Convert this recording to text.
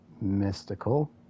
mystical